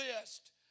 list